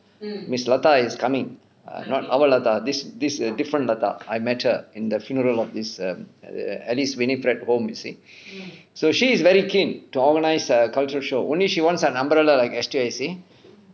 miss latha is coming err not our latha this this is different latha I met her in the funeral of this err alice winifred home you see so she is very keen to organise a culture show only she wants an umbrella like S_T_Y_C